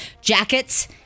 jackets